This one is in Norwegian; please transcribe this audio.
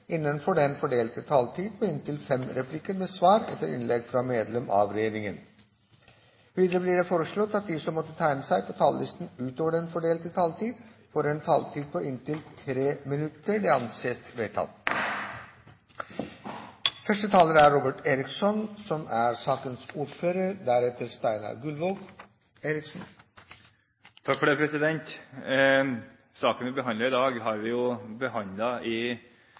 innenfor den fordelte taletid. Videre blir det foreslått at de som måtte tegne seg på talerlisten utover den fordelte taletid, får en taletid på inntil 3 minutter. – Det anses vedtatt. Saken vi behandler i dag, har vi behandlet i